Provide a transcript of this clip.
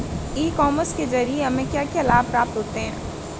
ई commerce के ज़रिए हमें क्या क्या लाभ प्राप्त होता है?